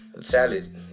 salad